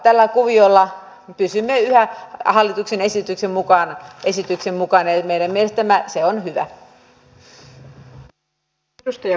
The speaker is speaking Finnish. tällä kuviolla pysymme yhä hallituksen esityksen mukana eli meidän mielestämme se on hyvä